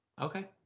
Okay